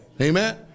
Amen